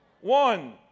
one